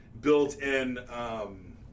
built-in